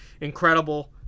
Incredible